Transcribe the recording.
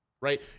Right